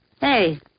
Hey